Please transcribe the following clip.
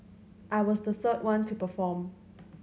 I was the third one to perform